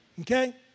Okay